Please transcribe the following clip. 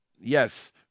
Yes